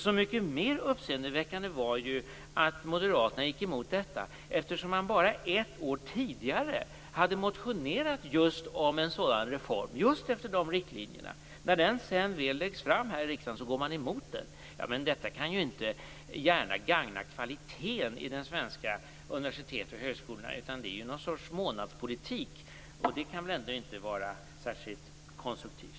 Så mycket mer uppseendeväckande var det att moderaterna gick emot detta, eftersom man bara ett år tidigare hade motionerat just om en sådan reform, just efter de riktlinjerna. När ett förslag sedan väl läggs fram här i riksdagen går man emot det. Detta kan inte gärna gagna kvaliteten i de svenska universiteten och högskolorna. Det är ju någon sorts månadspolitik, och det kan väl ändå inte vara särskilt konstruktivt.